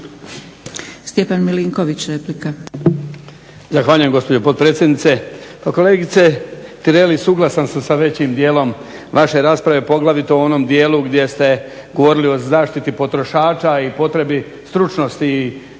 Stjepan Milinković, replika.